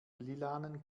lilanen